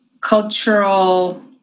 cultural